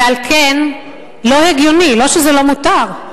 ועל כן לא הגיוני, לא שזה לא מותר,